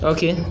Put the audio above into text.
Okay